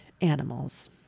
animals